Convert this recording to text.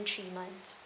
three months